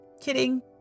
Kidding